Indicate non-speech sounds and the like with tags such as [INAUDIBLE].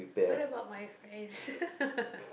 what about my friends [LAUGHS]